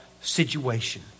situation